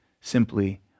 simply